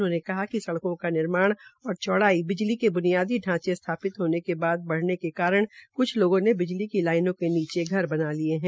उन्होंने बताया कि सड़कों का निर्माण और चौड़ाई बिजली के ब्नियादी ढांचे स्थापित होने के बाद बढ़ने के कारण कुछ लोगों ने बिजली की लाइनों के नीचे घर बना लिये है